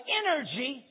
energy